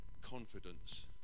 confidence